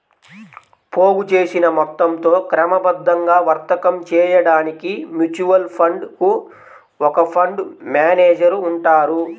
పోగుచేసిన మొత్తంతో క్రమబద్ధంగా వర్తకం చేయడానికి మ్యూచువల్ ఫండ్ కు ఒక ఫండ్ మేనేజర్ ఉంటారు